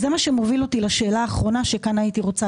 זה מה שמוביל אותי לשאלה האחרונה וכאן הייתי רוצה